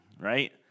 right